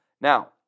Now